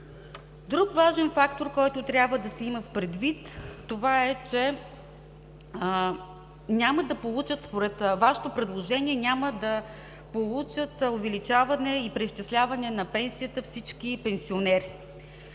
Друг важен фактор, който трябва да се има предвид, това е, че според Вашето предложение няма да получат увеличаване и преизчисляване на пенсията всички пенсионери,